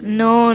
no